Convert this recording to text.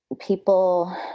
People